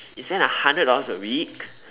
you spend a hundred dollars a week